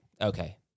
Okay